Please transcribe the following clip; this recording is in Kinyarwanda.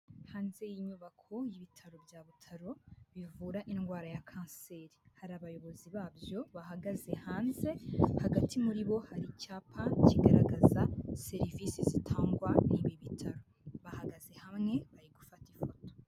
Hanze y'inyubako y'ibitaro bya Butaro bivura indwara ya kanseri, hari abayobozi babyo bahagaze hanze hagati muri bo hari icyapa kigaragaza serivisi zitangwa n'ibi bitaro, bahagaze hamwe bari gufata ifoto.